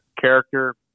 character